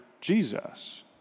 Jesus